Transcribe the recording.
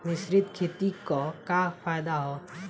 मिश्रित खेती क का फायदा ह?